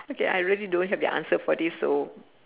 okay I really don't have the answer for this so